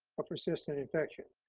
a persistent infection.